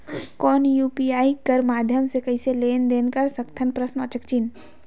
कौन यू.पी.आई कर माध्यम से कइसे लेन देन कर सकथव?